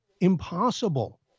impossible